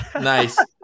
Nice